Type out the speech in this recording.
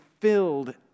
filled